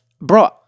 Bro